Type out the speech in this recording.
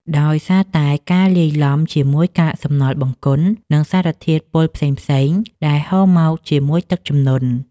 ដោយសារតែការលាយឡំជាមួយកាកសំណល់បង្គន់ និងសារធាតុពុលផ្សេងៗដែលហូរមកជាមួយទឹកជំនន់។